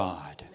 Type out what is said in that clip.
God